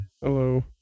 Hello